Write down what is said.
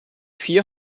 vier